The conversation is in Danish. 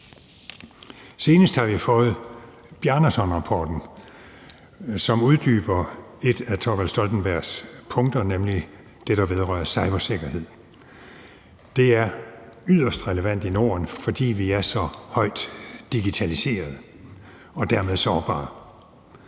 Senest har vi fået Bjarnasonrapporten, som uddyber et af Thorvald Stoltenbergs punkter, nemlig det, der vedrører cybersikkerhed. Det er yderst relevant i Norden, fordi vi er så højt digitaliseret og dermed sårbare.